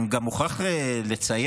אני גם מוכרח לציין